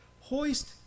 Hoist